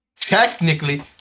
technically